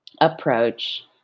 approach